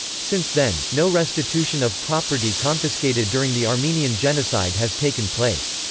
since then, no restitution of property confiscated during the armenian genocide has taken place.